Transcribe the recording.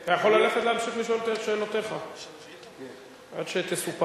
אתה יכול ללכת להמשיך לשאול את שאלותיך עד שתסופק,